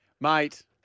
Mate